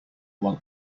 while